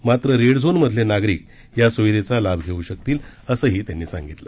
मात्र रेड झोनमधले नागरिक या सुविधेचा लाभ घेऊ शकतील असेही त्यांनी सांगितले